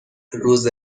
روز